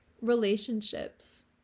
relationships